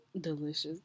delicious